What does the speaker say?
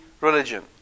religion